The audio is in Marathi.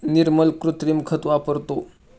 निर्मल कृत्रिम खत वापरतो